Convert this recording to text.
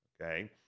okay